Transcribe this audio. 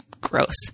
gross